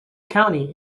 county